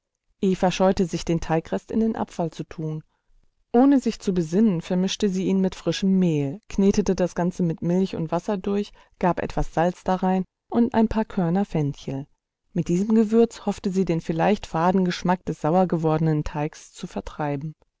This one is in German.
scheute sich den teigrest in den abfall zu tun ohne sich zu besinnen vermischte sie ihn mit frischem mehl knetete das ganze mit milch und wasser durch gab etwas salz darein und ein paar körner fenchel mit diesem gewürz hoffte sie den vielleicht faden geschmack des sauer gewordenen teigs zu vertreiben